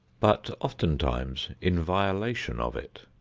but oftentimes in violation of it.